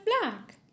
black